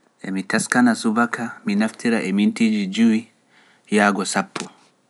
Emi teskana subaka mi naftira e minteeji juuwi yaago sappo. (five to ten mins)